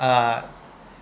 uh